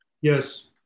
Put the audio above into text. Yes